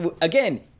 again